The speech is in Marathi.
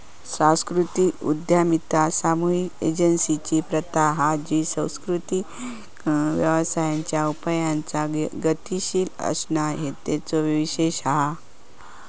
सांस्कृतिक उद्यमिता सामुहिक एजेंसिंची प्रथा हा जी सांस्कृतिक व्यवसायांच्या उपायांचा गतीशील असणा तेचो विशेष हा